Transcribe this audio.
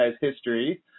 history